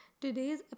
today's